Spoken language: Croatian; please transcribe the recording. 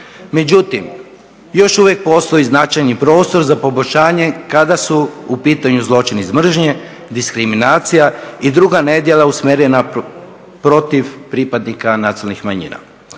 Međutim, još uvijek postoji značajni prostor za poboljšanje kada su u pitanju zločin iz mržnje, diskriminacija i druga nedjela usmjerena protiv pripadnika nacionalnih manjina.